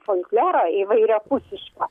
folkloro įvairiapusiško